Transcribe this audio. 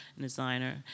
designer